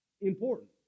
important